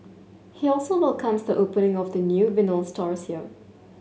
he also welcomes the opening of the new stores here